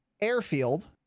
Airfield